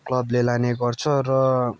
क्लबले लाने गर्छ र